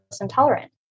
intolerant